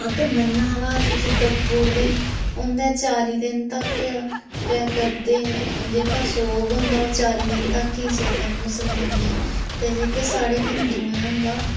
ओह्दे मरना हा बाद च उसी दब्बी ओड़दे उं'दे चाली दिन तक करदे जेह्का सोग होंदा ओह् चाली दिन तक ही चलदा मुसलमानें ते जेह्का साढ़े हिंदुएं होंदा